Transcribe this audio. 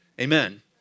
Amen